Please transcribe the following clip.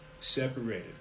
separated